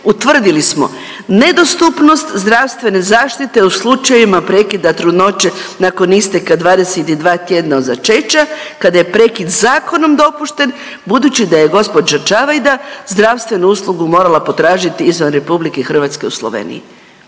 utvrdili smo nedostupnost zdravstvene zaštite u slučajevima prekida trudnoće nakon isteka 22 tjedna od začeća kada je prekid zakonom dopušten, budući da je gospođa Čavajda zdravstvenu uslugu morala potražiti izvan RH u Sloveniji.“,